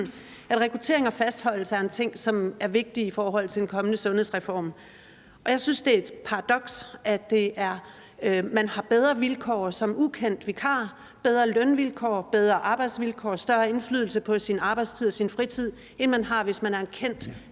at rekruttering og fastholdelse er ting, som er vigtige i forhold til den kommende sundhedsreform, og jeg synes, det er et paradoks, at man har bedre vilkår som ukendt vikar – bedre lønvilkår, bedre arbejdsvilkår og større indflydelse på ens arbejdstid og ens fritid – end man har, hvis man er en